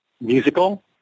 musical